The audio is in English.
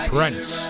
Prince